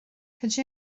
cad